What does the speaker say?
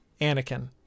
Anakin